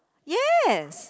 yes